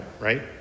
Right